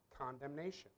condemnation